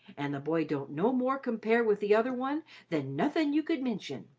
and the boy don't no more compare with the other one than nothin' you could mention.